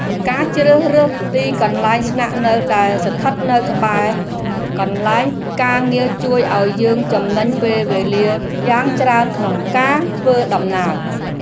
ការជ្រើសរើសទីកន្លែងស្នាក់នៅដែលស្ថិតនៅក្បែរ កន្លែងការងារជួយឱ្យយើងចំណេញពេលវេលាយ៉ាងច្រើនក្នុងការធ្វើដំណើរ។